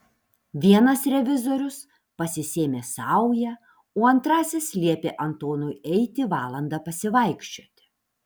vienas revizorius pasisėmė saują o antrasis liepė antonui eiti valandą pasivaikščioti